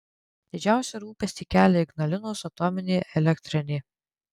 didžiausią rūpestį kelia ignalinos atominė elektrinė